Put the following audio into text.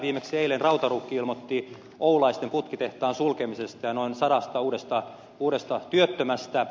viimeksi eilen rautaruukki ilmoitti oulaisten putkitehtaan sulkemisesta ja noin sadasta uudesta työttömästä